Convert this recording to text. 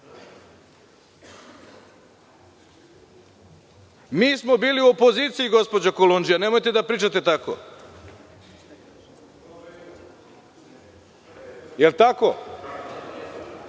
smo bili u opoziciji, gospođo Kolundžija, nemojte da pričate tako. Da li je tako?